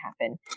happen